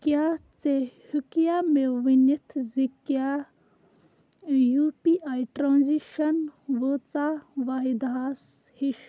کیٛاہ ژٕ ہیٚکیہ مےٚ ؤنِتھ زِ کیٛاہ یوٗ پی آی ٹرٛانزیکشَن وٲژاہ واحِداہَس ہِش